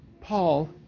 Paul